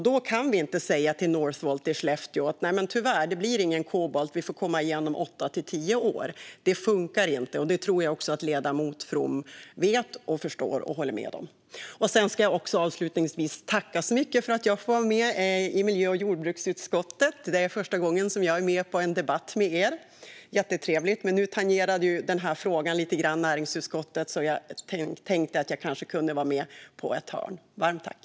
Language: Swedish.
Då kan vi inte säga till Northvolt i Skellefteå: Tyvärr, det blir ingen kobolt, utan vi får återkomma om åtta till tio år. Det funkar inte, och det tror jag också att ledamoten From vet, förstår och håller med om. Jag ska avslutningsvis tacka så mycket för att jag får vara med i miljö och jordbruksutskottet. Det är första gången jag är med i en debatt med er, och det är jättetrevligt! Den här frågan tangerade näringsutskottets frågor lite grann, så jag tänkte att jag kanske kunde vara med på ett hörn. Varmt tack!